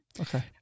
Okay